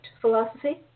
philosophy